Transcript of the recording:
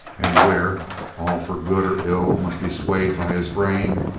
and where all for good or ill must be swayed by his brain,